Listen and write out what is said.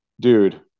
Dude